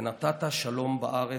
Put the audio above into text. ונתת שלום בארץ,